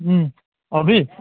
অভি